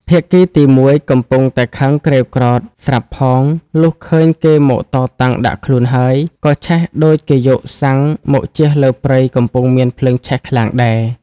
ភាគីទី១ កំពុងតែខឹងក្រេវក្រោធស្រាប់ផង លុះឃើញគេមកតតាំងដាក់ខ្លួនហើយ ក៏ឆេះដូចគេយកសាំងមកជះលើព្រៃកំពុងមានភ្លើងឆេះខ្លាំងដែរ ។